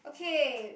okay